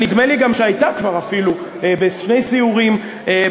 נדמה לי גם שהיא אפילו הייתה כבר בשני סיורים באזור,